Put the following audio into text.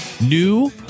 New